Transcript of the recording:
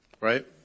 right